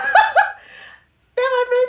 then when they